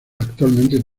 actualmente